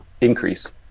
increase